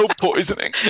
poisoning